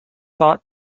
thought